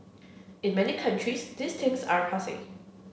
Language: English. in many countries these things are passe